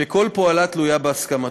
שכל פעולה תלויה בהסכמתו.